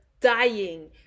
dying